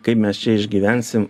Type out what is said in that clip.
kaip mes čia išgyvensim